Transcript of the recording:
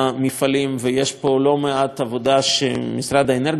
ויש פה לא מעט עבודה שמשרד האנרגיה צריך לעשות